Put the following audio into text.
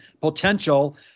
potential